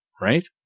right